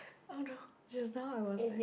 oh no just now I was very